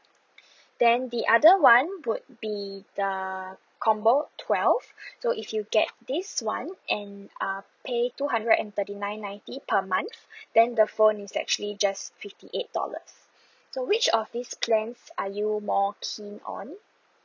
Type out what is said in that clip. then the other one would be the combo twelve so if you get this [one] and uh pay two hundred and thirty nine ninety per month then the phone is actually just fifty eight dollars so which of these plans are you more keen on